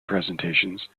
presentations